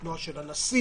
חופש התנועה של הנשיא,